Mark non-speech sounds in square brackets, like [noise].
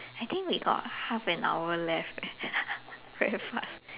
I think we got half an hour left leh [laughs] very fast